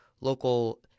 local